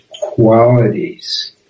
qualities